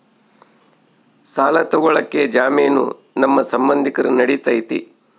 ಸಾಲ ತೊಗೋಳಕ್ಕೆ ಜಾಮೇನು ನಮ್ಮ ಸಂಬಂಧಿಕರು ನಡಿತೈತಿ?